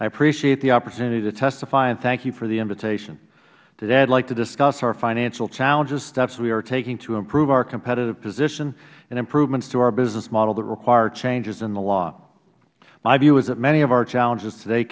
i appreciate the opportunity to testify and thank you for the invitation today i would like to discuss our financial challenges steps we are taking to improve our competitive position and improvements to our business model that require changes in the law my view is that many of our challenges t